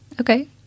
Okay